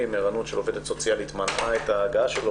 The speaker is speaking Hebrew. וערנות של עובדת סוציאלית מנעה את הגעתו.